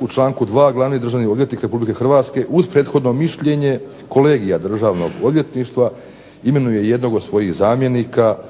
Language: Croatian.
U članku 2. glavni državni odvjetnik Republike Hrvatske uz prethodno mišljenje kolegija Državnog odvjetništva imenuje jednog od svojih zamjenika na